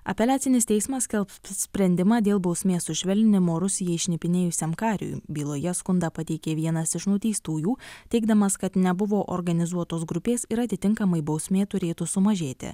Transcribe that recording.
apeliacinis teismas skelbs sprendimą dėl bausmės sušvelninimo rusijai šnipinėjusiam kariui byloje skundą pateikė vienas iš nuteistųjų teigdamas kad nebuvo organizuotos grupės ir atitinkamai bausmė turėtų sumažėti